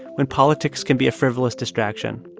when politics can be a frivolous distraction.